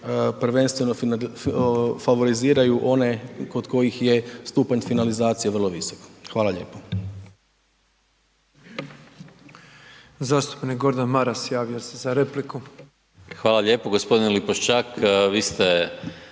prvenstveno favoriziraju one kod kojih je stupanj finalizacije vrlo visok. Hvala lijepo.